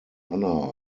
honour